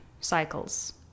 cycles